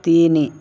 ତିନି